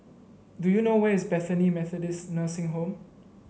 do you know where is Bethany Methodist Nursing Home